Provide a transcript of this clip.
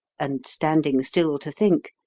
and, standing still to think,